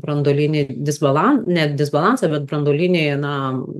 branduolinį disbalan ne disbalansą bet branduolinį na